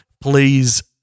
please